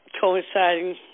coinciding